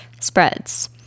spreads